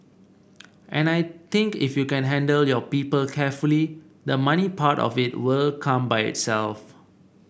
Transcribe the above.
and I think if you can handle your people carefully the money part of it will come by itself